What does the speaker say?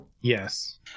Yes